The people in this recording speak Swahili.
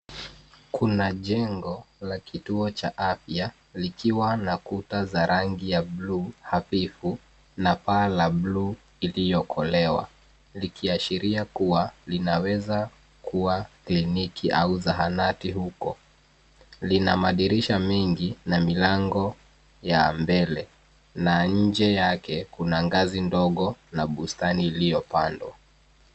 Kuna jengo, la kituo cha afya, likiwa na kuta za rangi ya blue hadhifu, na paa ya blue , iliyokolewa, likiashiria kuwa linaweza kuwa kliniki au zahanati huko. Lina madirisha mengi na milango ya mbele na nje yake, kuna ngazi ndogo na bustani iliyopandwa.